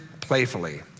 playfully